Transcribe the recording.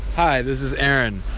hi. this is aaron.